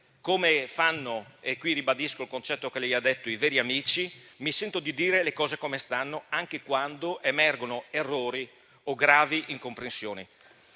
come fanno - e qui ribadisco il concetto che lei ha espresso - i veri amici, mi sento di dire le cose come stanno, anche quando emergono errori o gravi incomprensioni.